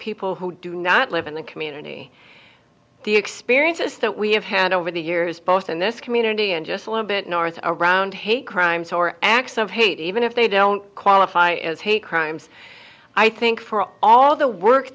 people who do not live in the community the experiences that we have had over the years both in this community and just a little bit north around hate crimes or acts of hate even if they don't qualify as hate crimes i think for all the work